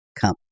come